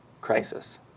crisis